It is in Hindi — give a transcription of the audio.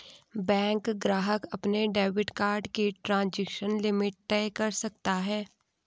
बैंक ग्राहक अपने डेबिट कार्ड की ट्रांज़ैक्शन लिमिट तय कर सकता है